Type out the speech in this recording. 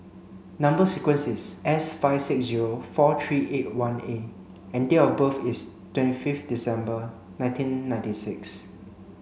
number sequence is S five six zero four three eight one A and date of birth is twenty fifth December nineteen ninety six